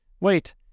Wait